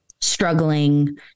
struggling